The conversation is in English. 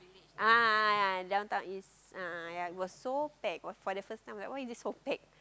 ah ya ya Downtown-East a'ah ya it was so packed for for the first time why is it so packed